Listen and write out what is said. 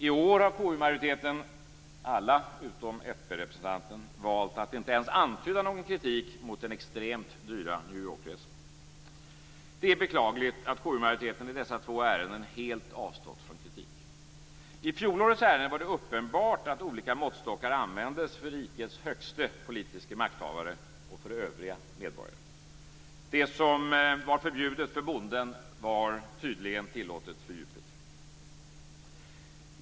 I år har KU-majoriteten - alla utom fprepresentanten - valt att inte ens antyda någon kritik mot den extremt dyra New York-resan. Det är beklagligt att KU-majoriteten i dessa två ärenden helt avstått från kritik. I fjolårets ärende var det uppenbart att olika måttstockar användes för rikets högste politiska makthavare och för övriga medborgare. Det som var förbjudet för bonden var tydligen tillåtet för Jupiter.